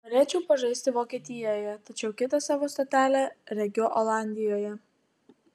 norėčiau pažaisti vokietijoje tačiau kitą savo stotelę regiu olandijoje